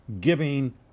giving